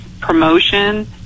promotion